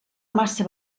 massa